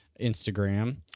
Instagram